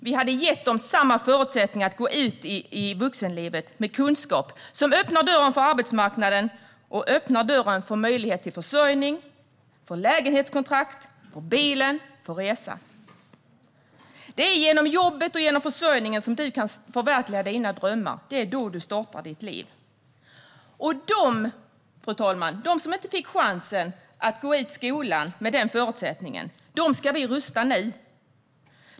Vi hade gett dem samma förutsättningar att gå ut i vuxenlivet med kunskap som öppnar dörren till arbetsmarknaden och som öppnar dörren till möjlighet till försörjning, lägenhetskontrakt, bil och resor. Det är genom jobbet och genom försörjningen som du kan förverkliga dina drömmar. Det är då du startar ditt liv. Fru talman! De som inte fick chansen att gå ut skolan med dessa förutsättningar ska vi rusta nu.